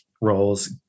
roles